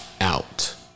out